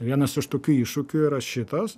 vienas iš tokių iššūkių yra šitas